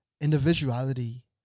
individuality